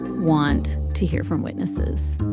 want to hear from witnesses?